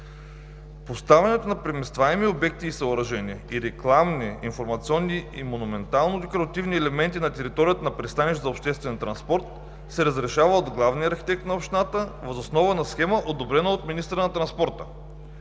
Поставянето на преместваеми обекти и съоръжения и рекламни информационни и монументално-декоративни елементи на територията на пристанищата за обществен транспорт се разрешава от главния архитект на общината, въз основа на схема, одобрена от министъра на транспорта.